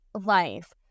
life